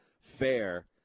fair